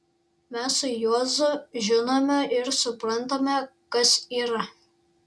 mes su juozu žinome ir suprantame kas yra